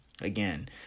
Again